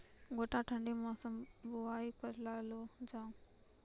गोटा ठंडी मौसम बुवाई करऽ लो जा?